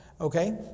okay